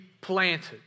planted